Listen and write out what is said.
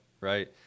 right